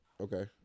Okay